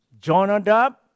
Jonadab